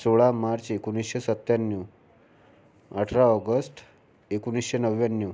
सोळा मार्च एकोणवीसशे सत्त्याण्णव अठरा ऑगस्ट एकोणीशे नव्याण्णव